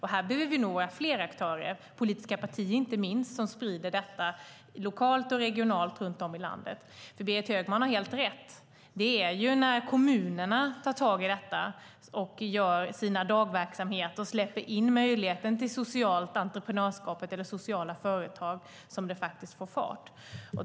Här behöver vi nog vara fler aktörer, inte minst politiska partier, som sprider detta lokalt och regionalt runt om i landet. Berit Högman har helt rätt i att det är när kommunerna tar tag i detta och gör sina dagverksamheter och släpper in möjligheter till socialt entreprenörskap eller sociala företag som det faktiskt får fart.